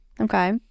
Okay